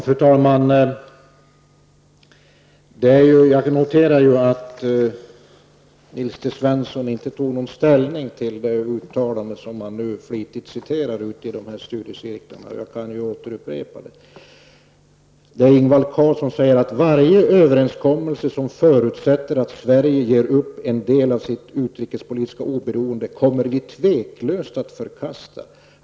Fru talman! Jag noterar att Nils T Svensson inte tog någon ställning till det uttalande som nu flitigt citeras ute bland studiecirklarna. Därför återupprepar jag Ingvar Carlssons uttalande: ''Varje överenskommelse som förutsätter att Sverige ger upp en del av sitt utrikespolitiska oberoende kommer vi tveklöst att förkasta.